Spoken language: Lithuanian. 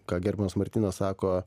ką gerbiamas martynas sako